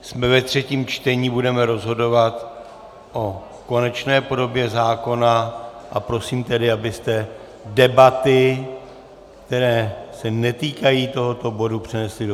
Jsme ve třetím čtení, budeme rozhodovat o konečné podobě zákona, a prosím tedy, abyste debaty, které se netýkají tohoto bodu, přenesli do předsálí.